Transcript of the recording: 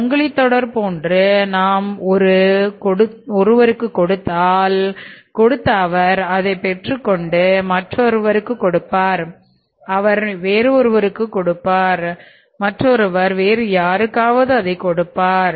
சங்கிலித் தொடர் போன்று நாம் ஒரு கொடுத்தால் ஒருவருக்கு கொடுத்த அதைப் பெற்று கொண்ட மற்றொருவர் அவர் கொடுக்க வேண்டிய வேறு யாருக்காவது அதை கொடுப்பார்